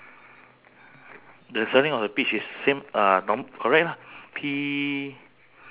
P A P P A P E